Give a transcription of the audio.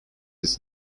its